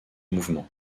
mouvement